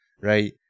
right